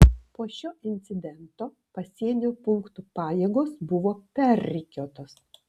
po šio incidento pasienio punktų pajėgos buvo perrikiuotos